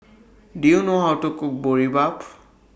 Do YOU know How to Cook Boribap